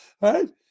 right